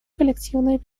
коллективную